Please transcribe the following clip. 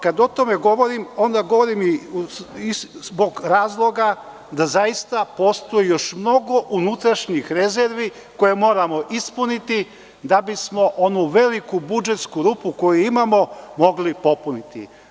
Kada o tome govorim, govorim zbog toga što postoji mnogo unutrašnjih rezervi koje moramo ispuniti da bismo onu veliku budžetsku rupu, koju imamo, mogli popuniti.